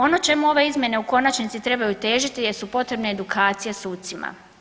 Ono čemu ove izmjene u konačnici trebaju težiti jesu potrebne edukacije sucima.